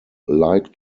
like